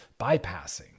bypassing